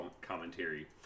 commentary